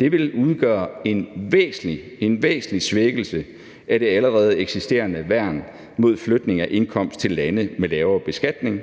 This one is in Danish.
Dette vil udgøre en væsentlig svækkelse af det allerede eksisterende værn mod flytning af indkomst til lande med lavere beskatning,